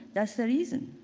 that's the reason.